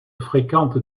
fréquente